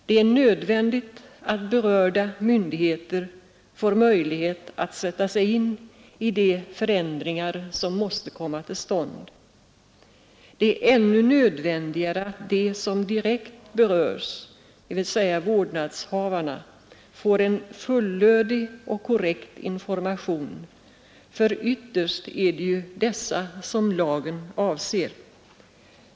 Det är nödvändigt att berörda myndigheter får möjlighet att sätta sig in i de förändringar som måste komma till stånd. Och ännu nödvändigare är att de som direkt berörs, dvs. vårdnadshavarna, får en fullödig och korrekt information, för ytterst är det ju dessa som lagen avser.